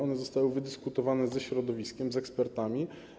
One zostały wydyskutowane ze środowiskiem, z ekspertami.